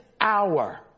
hour